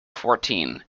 fourteen